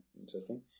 interesting